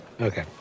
Okay